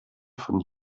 von